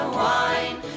wine